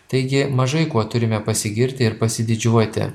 taigi mažai kuo turime pasigirti ir pasididžiuoti